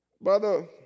brother